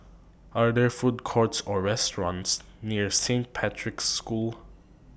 Are There Food Courts Or restaurants near Saint Patrick's School